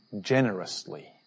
generously